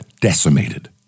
decimated